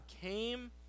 came